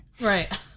Right